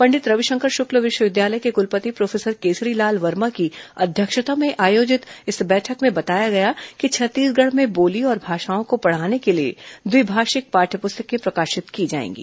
पंडित रविशंकर शुक्ल विश्वविद्यालय के कुलपति प्रोफेसर केसरी लाल वर्मा की अध्यक्षता में आयोजित इस बैठक में बताया गया कि छत्तीसगढ़ में बोली और भाषाओं को पढ़ाने के लिए द्विभाषिक पाठ्य पुस्तकें प्रकाशित की जाएंगी